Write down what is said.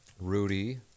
Rudy